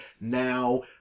Now